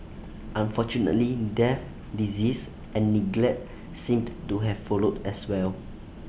unfortunately death disease and neglect seemed to have followed as well